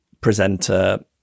presenter